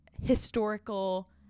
historical